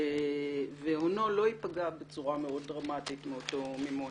הוא והונו לא ייפגע בצורה מאוד דרמטית מאותו מימון.